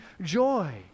joy